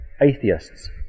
atheists